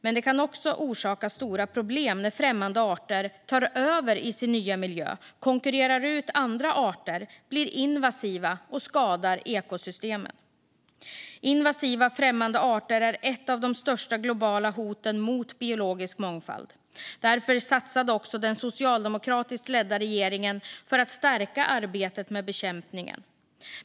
Men det kan också orsaka stora problem när främmande arter tar över i sin nya miljö, konkurrerar ut andra arter, blir invasiva och skadar ekosystemen. Invasiva främmande arter är ett av de största globala hoten mot biologisk mångfald. Därför satsade också den socialdemokratiskt ledda regeringen på att stärka arbetet med bekämpningen.